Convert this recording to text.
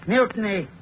Mutiny